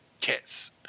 Kits